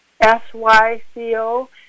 S-Y-C-O